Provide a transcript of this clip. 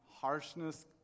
Harshness